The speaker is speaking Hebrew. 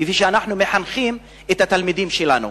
כפי שאנחנו מחנכים את התלמידים שלנו.